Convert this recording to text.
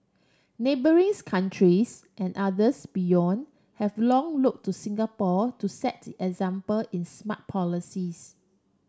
neighbouring countries and others beyond have long look to Singapore to set the example in smart policies